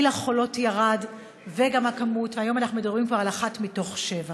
גיל החולות ירד וגם היחס: היום אנחנו כבר מדברים על אחת מתוך שבע.